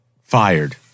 fired